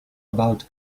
about